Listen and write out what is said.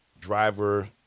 Driver